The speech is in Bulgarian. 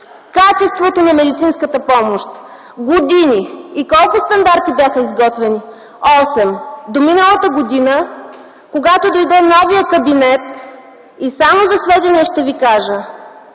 качеството на медицинската помощ? Години! И колко стандарти бяха изготвени? Осем! До миналата година, когато дойде новият кабинет. Само за сведение ще ви кажа,